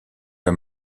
der